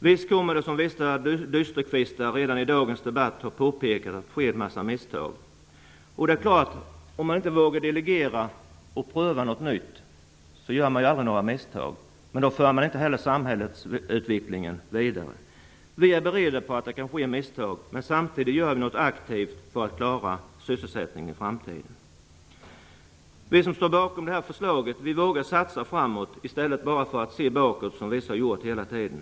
Visst kommer det, som vissa dysterkvistar redan i dagens debatt har påpekat, att ske en massa misstag. Det är klart att - om man inte vågar delegera och pröva något nytt, gör man ju aldrig några misstag. Men då för man inte heller samhällsutvecklingen vidare. Vi är beredda på att det kan ske misstag, men samtidigt gör vi något aktivt för att klara sysselsättningen i framtiden. Vi som står bakom det här förslaget vågar satsa framåt i stället för att bara se bakåt som vissa här har gjort hela tiden.